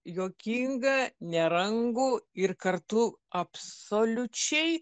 juokingą nerangų ir kartu absoliučiai